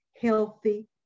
healthy